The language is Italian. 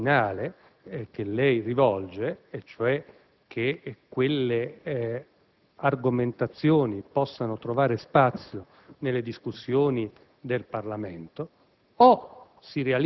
l'invito finale da lei rivolto affinché quelle argomentazioni possano trovare spazio nelle discussioni del Parlamento